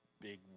big